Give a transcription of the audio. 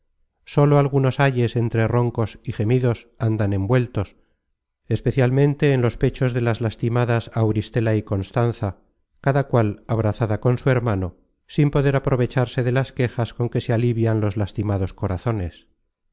sólo algu nos ayes entre roncos gemidos andan envueltos especialmente en los pechos de las lastimadas auristela y constanza cada cual abrazada con su hermano sin poder aprovecharse de las quejas con que se alivian los lastimados corazones